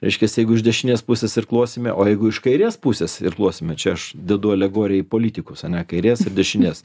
reiškias jeigu iš dešinės pusės irkluosime o jeigu iš kairės pusės irkluosime čia aš dedu alegoriją į politikus ane kairės ir dešinės